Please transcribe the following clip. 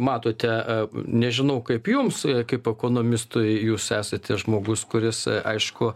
matote nežinau kaip jums kaip ekonomistui jūs esate žmogus kuris aišku